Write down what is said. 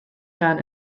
rhan